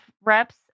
reps